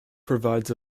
provides